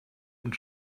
and